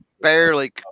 barely